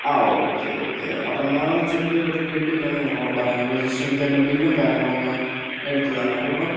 ആ okay okay അപ്പോൾ ഞാൻ അത് ചെക്ക് ചെയ്തിട്ട് കിട്ടിയില്ലെങ്കിൽ നിങ്ങളോടു പറയാം നിങ്ങള് ജസ്റ്റ് എനിക്ക് എൻറെ ബില്ലും കാര്യങ്ങളും ഒന്ന് എടുത്തു തരണം കേട്ടോ